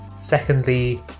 Secondly